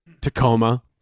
Tacoma